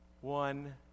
one